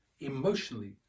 emotionally